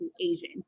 Asian